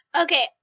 Okay